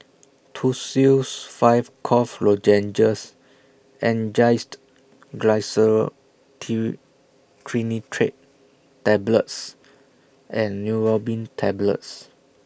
Tussils five Cough Lozenges Angised Glyceryl Trinitrate Tablets and Neurobion Tablets